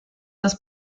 das